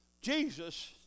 Jesus